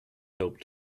help